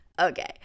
okay